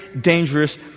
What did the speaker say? dangerous